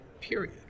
period